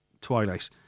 Twilight